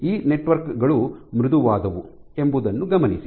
ಈ ನೆಟ್ವರ್ಕ್ ಗಳು ಮೃದುವಾದವು ಎಂಬುದನ್ನು ಗಮನಿಸಿ